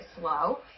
slow